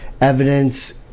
evidence